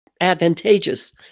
advantageous